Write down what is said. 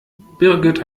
birgit